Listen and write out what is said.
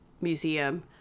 museum